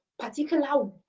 particular